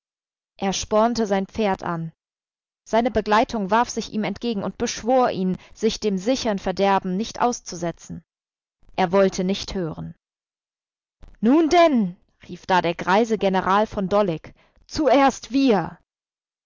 er spornte sein pferd an seine begleitung warf sich ihm entgegen und beschwor ihn sich dem sichern verderben nicht auszusetzen er wollte nicht hören nun denn rief da der greise general von dollig zuerst wir